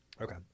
Okay